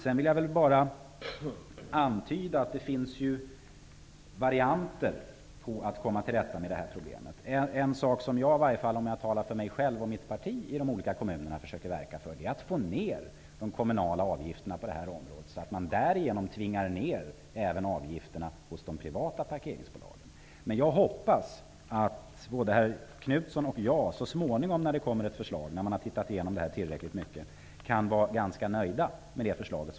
Jag vill bara antyda att det finns varierande sätt att komma till rätta med problemet. Om jag talar för mig själv och mitt parti i de olika kommunerna, försöker vi att verka för att få ned de kommunala parkeringsavgifterna. Därmed tvingas även de privata parkeringsbolagen att sänka sina avgifter. Jag hoppas att både herr Knutson och jag, så småningom när det kommer ett förslag, kan vara ganska nöjda med detta förslag.